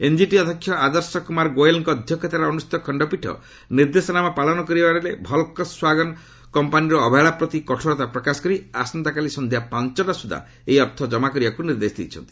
NGT ଅଧ୍ୟକ୍ଷ ଆଦର୍ଶ କୁମାର ଗୋଏଲଙ୍କ ଅଧ୍ୟକ୍ଷତାରେ ଅନୁଷ୍ଠିତ ଖଣ୍ଡପୀଠ ନିର୍ଦ୍ଦେଶନାମା ପାଳନ କରିବାରେ ଭଲକ୍ସ୍ୱାଗନ କମ୍ପାନୀର ଅବହେଳା ପ୍ରତି କଠୋରତା ପ୍ରକାଶ କରି ଆସନ୍ତାକାଲି ସନ୍ଧ୍ୟା ପାଞ୍ଚଟା ସୁଦ୍ଧା ଏହି ଅର୍ଥ କମା କରିବାକୁ ନିର୍ଦ୍ଦେଶ ଦେଇଛନ୍ତି